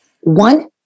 one